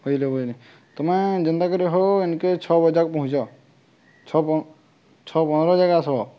ବୁଝିଲି ବୁଝିଲି ତୁମେ ଯେନ୍ତା କରି ହଉ ଏନ୍କେ ଛଅ ବଜାକୁ ପହଞ୍ଚ ଛଅ ଛଅ ପନ୍ଦର ଯାଆଁକେ ଆସ୍ବ